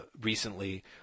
recently